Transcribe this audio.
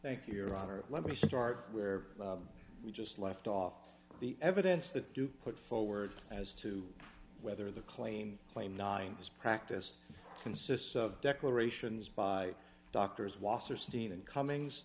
thank you your honor let me start where we just left off the evidence that you put forward as to whether the claim claim nine is practiced consists of declarations by doctors wasserstein and